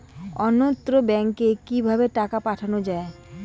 অন্যত্র ব্যংকে কিভাবে টাকা পাঠানো য়ায়?